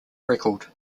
record